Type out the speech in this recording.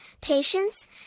patience